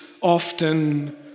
often